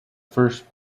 first